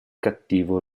cattivo